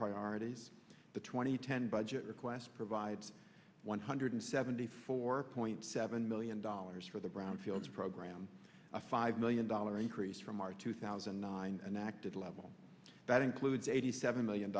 priorities the twenty ten budget request provides one hundred seventy four point seven million dollars for the brownfields program a five million dollar increase from our two thousand and nine an active level that includes eighty seven million